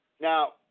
Now